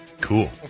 Cool